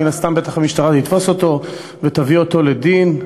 מן הסתם המשטרה תתפוס אותו ותביא אותו לדין,